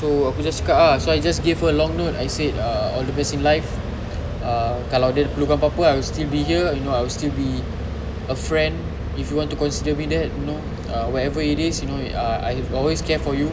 so aku just cakap ah I just give her a long note I said err all the best in life ah kalau dia perlu kan pape I will still be here you know I'll still be a friend if you want to consider me that you know ah whatever it is know I've always care for you